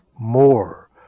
more